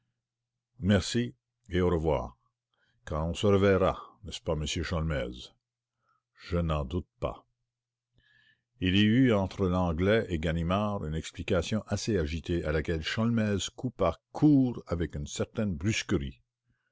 au revoir car on se reverra n'est-ce pas m sholmès je n'en doute pas il y eut entre l'anglais et ganimard une explication assez agitée à laquelle sholmès coupa court avec une certaine brusquerie